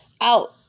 out